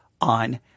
on